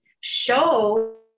show